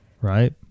Right